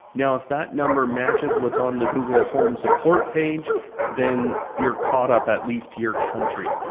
now if that number matches what's on the google home support page then you're caught up, at least to your country,